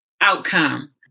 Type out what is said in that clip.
outcome